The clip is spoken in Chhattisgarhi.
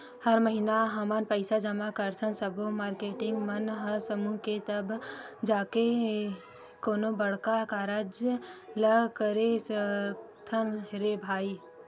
हर महिना हमन पइसा जमा करथन सब्बो मारकेटिंग मन ह समूह के तब जाके कोनो बड़का कारज ल करे सकथन रे भई